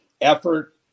effort